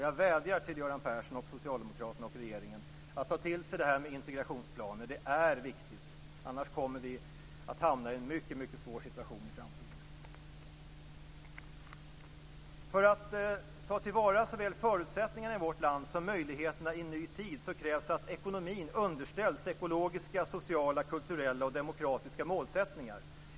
Jag vädjar till Göran Persson, Socialdemokraterna och regeringen att ni tar till er det här med integrationsplaner. Det är viktigt, för annars kommer vi i framtiden att hamna i en mycket svår situation. För att ta till vara såväl förutsättningarna i vårt land som möjligheterna i en ny tid krävs det att ekonomin underställs ekologiska, sociala, kulturella och demokratiska målsättningar.